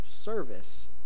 service